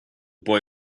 boy